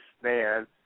stand